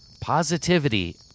Positivity